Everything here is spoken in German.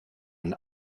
ein